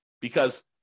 because-